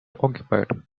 occupied